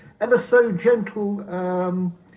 ever-so-gentle